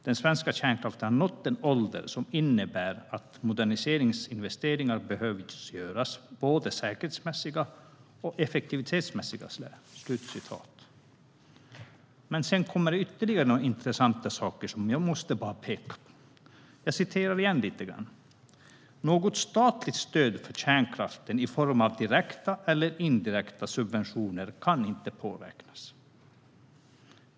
De svenska kärnkraftverken har nått en ålder som innebär att moderniseringsinvesteringar behöver göras av både säkerhetsmässiga och effektivitetsmässiga skäl." Men sedan kommer ytterligare några intressanta saker som jag måste peka på. Jag ska citera igen: "Något statligt stöd för kärnkraft i form av direkta eller indirekta subventioner kan inte påräknas.